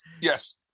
Yes